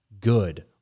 good